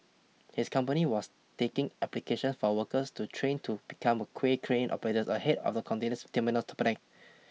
his company was taking applications for workers to train to become a kway crane operators ahead of the containers terminal's